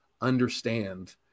understand